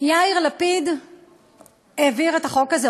יאיר לפיד העביר את החוק הזה,